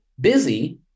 busy